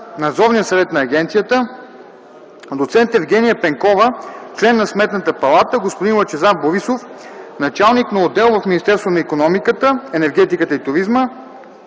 Надзорния съвет на Агенцията, доц. Евгения Пенкова – член на Сметната палата, господин Лъчезар Борисов – началник на отдел в Министерството на икономиката, енергетиката и туризма,